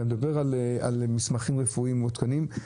אתה מדבר על מסמכים רפואיים מעודכנים.